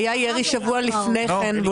היה ירי שבוע לפני כן.